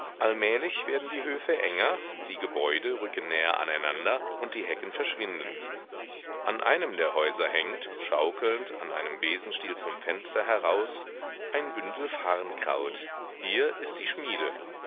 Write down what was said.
allmählich werden die höfe enger die gebäude rücken näher aneinander und die hecken verschwinden an einem der häuser hängt schaukelnd an einem besenstiel zum fenster heraus ein bündel farnkraut hier ist die schmiede